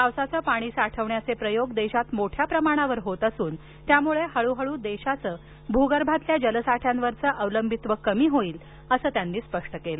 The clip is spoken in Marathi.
पावसाचं पाणी साठवण्याचे प्रयोग देशात मोठ्या प्रमाणावर होत असून त्यामुळे हळूहळू देशाचे भूगर्भातील जलसाठ्यावरील अवलंबित्व कमी होईल असं त्यांनी स्पष्ट केलं